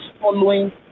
following